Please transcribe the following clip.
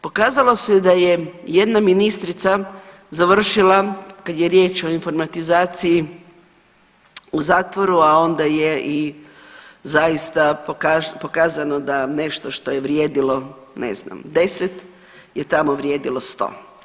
Pokazalo se da je jedna ministrica završila kad je riječ o informatizaciji u zatvoru, a onda je i zaista pokazano da nešto je vrijedilo 10 je tamo vrijedilo 100.